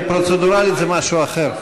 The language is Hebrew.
פרוצדורלית זה משהו אחר.